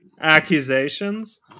accusations